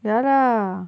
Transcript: ya lah